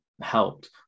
helped